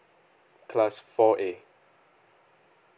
class four a